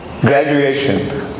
graduation